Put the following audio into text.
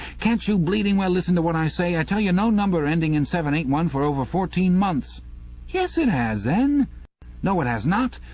can't you bleeding well listen to what i say? i tell you no number ending in seven ain't won for over fourteen months yes, it as, then no, it as not!